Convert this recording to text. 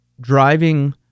driving